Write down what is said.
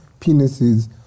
penises